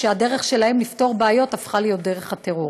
שהדרך שלהם לפתור בעיות הפכה להיות דרך הטרור.